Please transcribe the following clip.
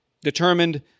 determined